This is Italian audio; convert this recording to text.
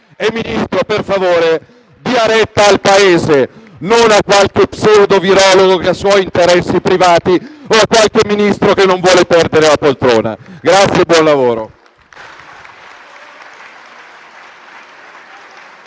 Ministro, per favore, dia retta al Paese e non a qualche pseudo-virologo che ha suoi interessi privati o a qualche Ministro che non vuole perdere la poltrona. Grazie e buon lavoro.